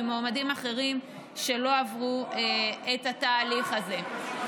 ממועמדים אחרים שלא עברו את התהליך הזה.